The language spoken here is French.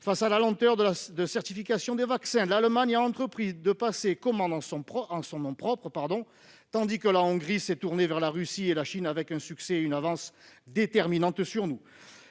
Face à la lenteur du processus de certification des vaccins, l'Allemagne a entrepris de passer commande en son nom propre, tandis que la Hongrie s'est tournée vers la Russie et la Chine avec succès et une avance déterminante sur nous.